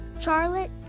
Charlotte